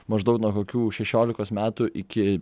maždaug nuo kokių šešiolikos metų iki